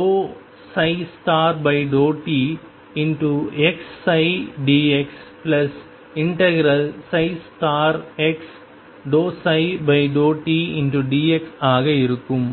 ∂ψ∂t xψ dx∫ x∂ψ∂t dx ஆக இருக்கும்